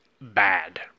bad